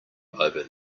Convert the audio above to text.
over